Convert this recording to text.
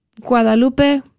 Guadalupe